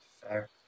Fair